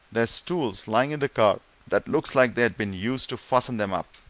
there's tools lying in the car that looks like they'd been used to fasten them up.